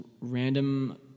random